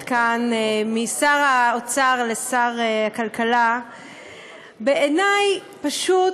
כאן משר האוצר לשר הכלכלה בעיני פשוט